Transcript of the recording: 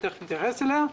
שתיכף נתייחס אליה.